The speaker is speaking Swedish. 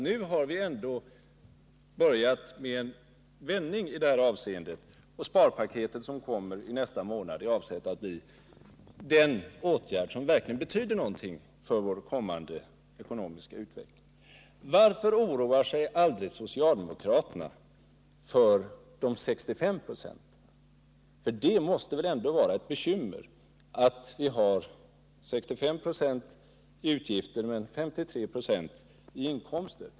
Nu har vi börjat vända på det förhållandet, och det sparpaket som kommer nästa månad är avsett att bli den åtgärd som verkligen skall betyda något för vår kommande ekonomiska utveckling. Varför oroar sig aldrig socialdemokraterna för de 65 procenten? Det måste väl ändå vara ett bekymmer att vi har 65 26 i utgifter och bara 53 96 i inkomster.